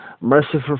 Merciful